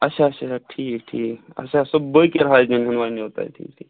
اچھا اچھا ٹھیٖک ٹھیٖک اچھا سُہ بٲکِر حاجنیٚن ہُنٛد وَنِیٚو تۄہہِ ٹھیٖک ٹھیٖک